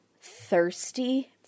Thirsty